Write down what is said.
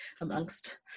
amongst